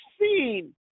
seen